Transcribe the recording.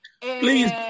Please